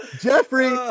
Jeffrey